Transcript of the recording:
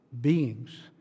beings